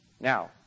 Now